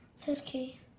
Turkey